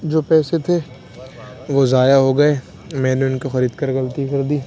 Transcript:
جو پیسے تھے وہ ضائع ہو گئے میں نے ان کو خرید کر غلطی کر دی